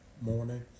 morning